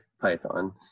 python